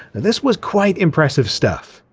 and this was quite impressive stuff.